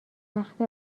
وقت